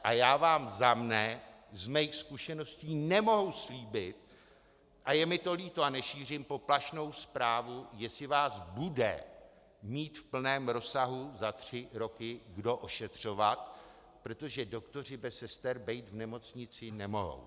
A já vám za sebe z mých zkušeností nemohu slíbit, a je mi to líto, a nešířím poplašnou zprávu, jestli vás bude mít v plném rozsahu za tři roky kdo ošetřovat, protože doktoři bez sester být v nemocnici nemohou.